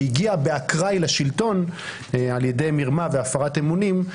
שהגיע באקראי לשלטון על ידי מרמה והפרת אמונים.